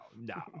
no